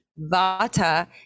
Vata